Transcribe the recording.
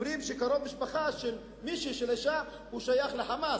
אומרים שקרוב משפחה של האשה שייך ל"חמאס",